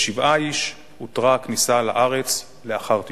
ולשבעה איש הותרה הכניסה לארץ לאחר תשאול.